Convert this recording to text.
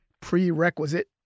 prerequisite